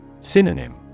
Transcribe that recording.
Synonym